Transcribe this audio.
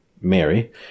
Mary